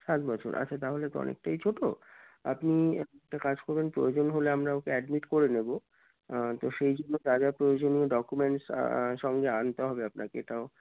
সাত বছর আচ্ছা তাহলে তো অনেকটাই ছোটো আপনিটা কাজ করেন প্রয়োজন হলে আমরা ওকে অ্যাডমিট করে নেবো তো সেই জন্য যা যা প্রয়োজনীয় ডকুমেন্টস সঙ্গে আনতে হবে আপনাকে এটাও